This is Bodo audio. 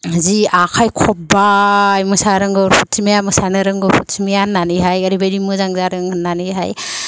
जि आखाय खब्बाय मोसानो रोंगौ प्रतिमाया मोसानो रोंगौ प्रतिमाया होननानैहाय ओरै बायदि मोजां जादों होननानैहाय